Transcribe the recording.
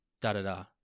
da-da-da